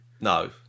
No